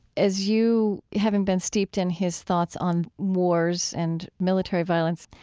as you, having been steeped in his thoughts on wars and military violence,